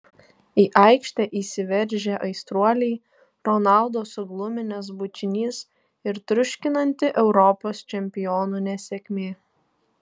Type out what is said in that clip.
į aikštę įsiveržę aistruoliai ronaldo sugluminęs bučinys ir triuškinanti europos čempionų nesėkmė